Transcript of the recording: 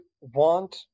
want